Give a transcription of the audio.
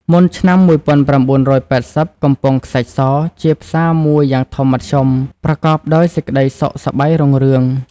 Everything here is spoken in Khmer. មុនឆ្នាំ ១៩៨០ កំពង់ខ្សាច់ស ជាផ្សារមួយយ៉ាងធំមធ្យម ប្រកបដោយសេចក្តីសុខសប្បាយរុងរឿង។